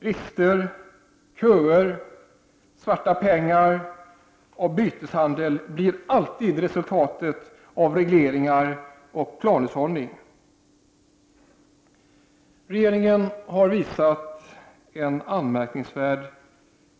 Brist, köer, svarta pengar och byteshandel blir alltid resultatet av regleringar och planhushållning. Regeringen har visat en anmärkningsvärd